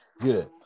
good